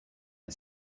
are